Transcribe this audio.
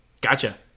Gotcha